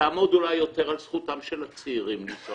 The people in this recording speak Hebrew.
תעמוד אולי יותר על זכותם של הצעירים לנסוע